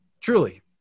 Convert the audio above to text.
truly